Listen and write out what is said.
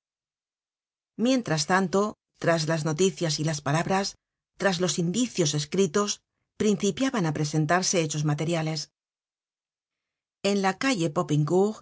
mientras tanto tras las noticias y las palabras tras los indicios escritos principiaban á presentarse hechos materiales en la calle